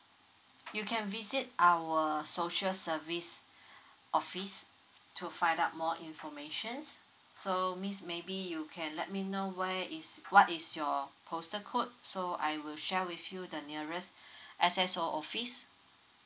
you can visit our social service office to find out more information so miss maybe you can let me know where is what is your postal code so I will share with you the nearest access or office